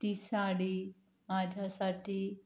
ती साडी माझ्यासाठी